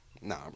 Nah